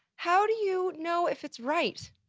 how do you know if it's right?